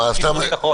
אבל הצורך הוא אמיתי.